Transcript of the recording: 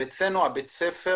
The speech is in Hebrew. אבל אצלנו בית הספר